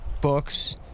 books